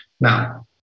now